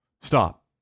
Stop